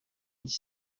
dix